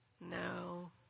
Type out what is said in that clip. No